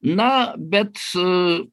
na bet